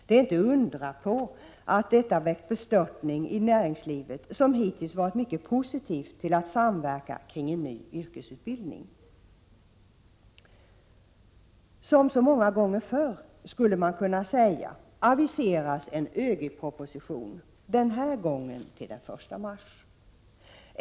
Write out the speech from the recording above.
Det är inte att undra på att detta väckt bestörtning i näringslivet, som hittills har varit mycket positivt till att samverka kring en ny yrkesutbildning. Som så många gånger förr, skulle man kunna säga, aviseras en ÖGY proposition — den här gången till den 1 mars.